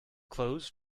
clothes